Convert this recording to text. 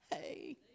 Hey